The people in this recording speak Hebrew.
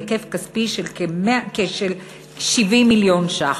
בהיקף כספי של 70 מיליון שקלים.